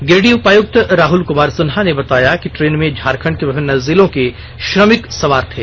गिरिडीह उपायक्त राहल कुमार सिन्हा ने बताया कि ट्रेन में झारखंड के विभिन्न जिलों के श्रमिक सवार थे